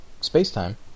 space-time